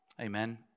Amen